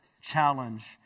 challenge